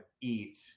eat